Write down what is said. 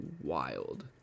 wild